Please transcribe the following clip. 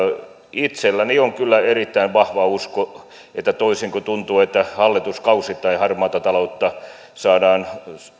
itselläni on kyllä erittäin vahva usko toisin kuin tuntuu että hallituskausittain harmaata taloutta saadaan